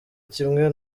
kimwe